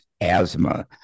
asthma